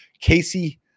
Casey